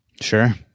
Sure